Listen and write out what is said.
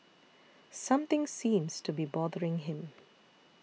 something seems to be bothering him